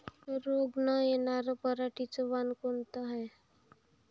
रोग न येनार पराटीचं वान कोनतं हाये?